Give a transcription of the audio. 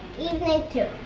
evening too.